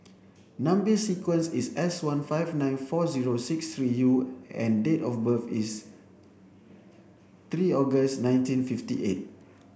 number sequence is S one five nine four zero six three U and date of birth is three August nineteen fifty eight